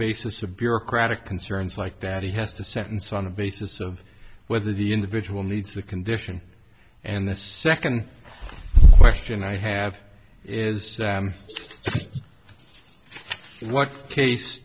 basis of bureaucratic concerns like that he has to sentence on the basis of whether the individual needs the condition and that's the second question i have is that what case